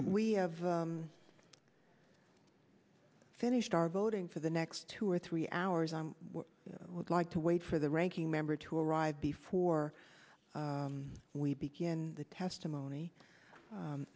we have finished our voting for the next two or three hours i would like to wait for the ranking member to arrive before we begin the testimony